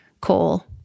coal